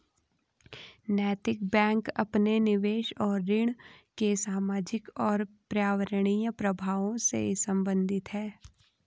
नैतिक बैंक अपने निवेश और ऋण के सामाजिक और पर्यावरणीय प्रभावों से संबंधित है